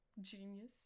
genius